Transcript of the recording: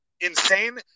insane